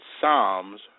Psalms